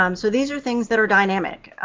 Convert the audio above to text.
um so these are things that are dynamic,